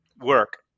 work